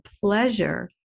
pleasure